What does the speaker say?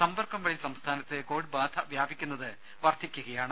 സമ്പർക്കം വഴി സംസ്ഥാനത്ത് കോവിഡ് ബാധ വ്യാപിക്കുന്നത് വർദ്ധിക്കുകയാണ്